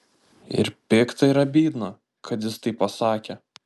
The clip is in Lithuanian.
ir pikta ir abydna kad jis taip pasakė